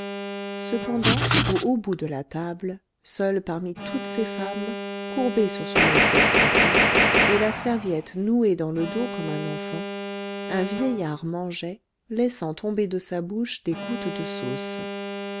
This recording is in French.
cependant au haut bout de la table seul parmi toutes ces femmes courbé sur son assiette remplie et la serviette nouée dans le dos comme un enfant un vieillard mangeait laissant tomber de sa bouche des gouttes de sauce